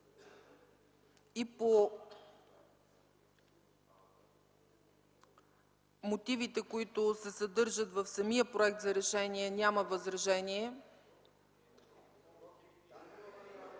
и по мотивите, които се съдържат в самия проект за решение, няма възражение?